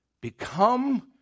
become